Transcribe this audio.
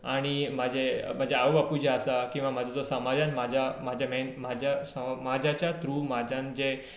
म्हजे म्हजे आवय बापूय जे आसा किंवा म्हजो जो समाजांत म्हाज्या म्हज्या मेह माज्या जाच्या थ्रू म्हाज्यान जे